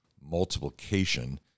multiplication